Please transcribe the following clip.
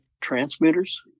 transmitters